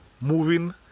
moving